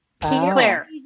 Claire